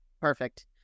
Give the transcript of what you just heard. Perfect